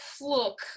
Look